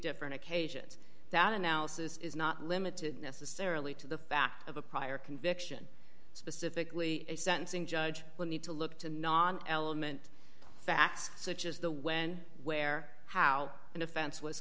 different occasions that analysis is not limited necessarily to the fact of a prior conviction specifically a sentencing judge will need to look to non element facts such as the when where how an offense was